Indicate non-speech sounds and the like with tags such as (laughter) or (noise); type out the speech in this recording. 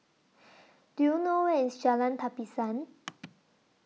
(noise) Do YOU know Where IS Jalan Tapisan (noise)